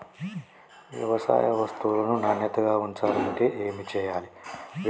వ్యవసాయ వస్తువులను నాణ్యతగా ఉంచాలంటే ఏమి చెయ్యాలే?